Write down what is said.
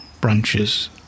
branches